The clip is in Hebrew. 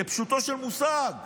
כפשוטו של מושג,